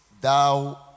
thou